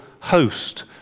host